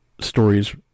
stories